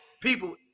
people